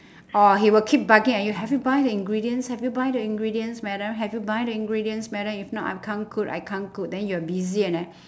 or he will keep bugging at you have you buy the ingredients have you buy the ingredients madam have you buy the ingredients madam if not I can't cook I can't cook then you're busy and then